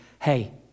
hey